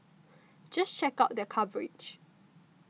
just check out their coverage